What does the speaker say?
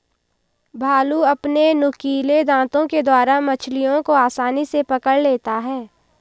भालू अपने नुकीले दातों के द्वारा मछलियों को आसानी से पकड़ लेता है